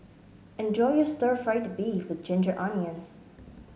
enjoy your Stir Fried Beef with Ginger Onions